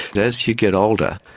as you get older,